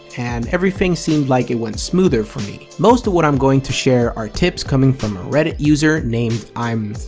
and everything seemed like it went smoother for me. most of what i'm going to share are tips coming from a reddit user name imthour